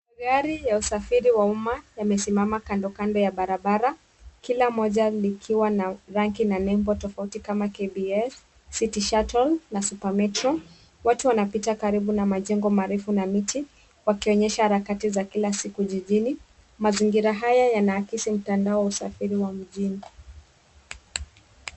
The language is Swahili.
Gari ya usafiri ya Uma yamesimama kandokando ya barabara kila moja likiwa na rangi na nembo tofauti kama KBS city shuttle na supemetro watu wanapita karibu na majengo marefu na miti yakionyesha harakati ya kila siku jijini mazingira haya yanaakisi mazingira ya mtandao ya mjini.